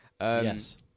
Yes